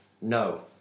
No